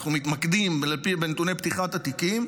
אנחנו מתמקדים בנתוני פתיחת התיקים,